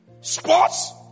sports